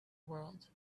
world